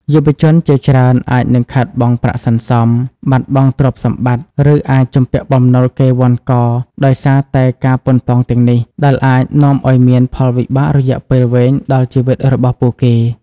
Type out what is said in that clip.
យុវជនជាច្រើនអាចនឹងខាតបង់ប្រាក់សន្សំ បាត់បង់ទ្រព្យសម្បត្តិ ឬអាចជំពាក់បំណុលគេវ័ណ្ឌកដោយសារតែការប៉ុនប៉ងទាំងនេះ ដែលអាចនាំឱ្យមានផលវិបាករយៈពេលវែងដល់ជីវិតរបស់ពួកគេ។